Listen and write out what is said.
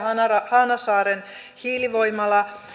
hanasaaren hiilivoimala